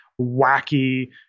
wacky